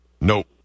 Nope